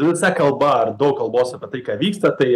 visa kalba ar daug kalbos apie tai ką vyksta tai